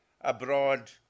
abroad